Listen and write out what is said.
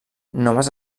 noves